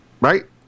Right